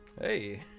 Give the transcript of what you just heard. Hey